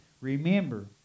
Remember